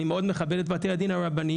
אני מאוד מכבד את בתי הדין הרבניים,